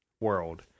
world